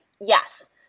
Yes